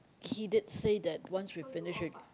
he did say that once we finished